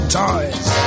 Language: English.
toys